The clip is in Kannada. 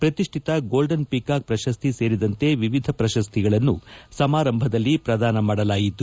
ಪ್ರಕಿಷ್ಠಿಕ ಗೋಲ್ಡನ್ ಪಿಕಾಕ್ ಪ್ರಶಸ್ತಿ ಸೇರಿದಂತೆ ವಿವಿಧ ಪ್ರಶಸ್ತಿಗಳನ್ನು ಸಮಾರಂಭದಲ್ಲಿ ಪ್ರದಾನ ಮಾಡಲಾಯಿತು